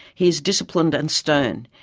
he is disciplined and stern.